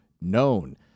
known